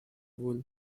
wool